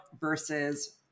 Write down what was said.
versus